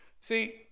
See